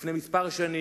לפני כמה שנים,